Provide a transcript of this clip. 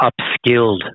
upskilled